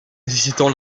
nécessitant